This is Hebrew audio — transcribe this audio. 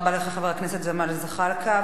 תודה רבה לך, חבר הכנסת ג'מאל זחאלקה.